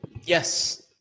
Yes